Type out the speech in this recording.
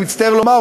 אני מצטער לומר,